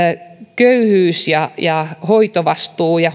köyhyys ja hoitovastuu ja hoivavastuu ja